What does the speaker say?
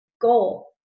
goal